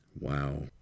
Wow